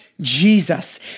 Jesus